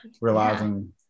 realizing